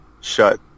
shut